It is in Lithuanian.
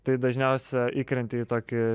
tai dažniausia įkrenti į tokį